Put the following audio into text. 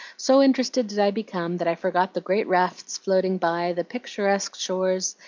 so interested did i become that i forgot the great rafts floating by, the picturesque shores,